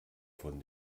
von